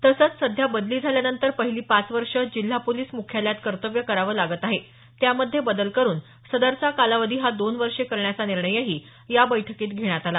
तसंच सध्या बदली झाल्यानंतर पहिली पाच वर्षे जिल्हा पोलीस मुख्यालयात कर्तव्य करावं लागत आहे त्यामध्ये बदल करुन सदरचा कालावधी हा दोन वर्षे करण्याचा निर्णयही या बैठकीत घेण्यात आला